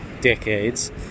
decades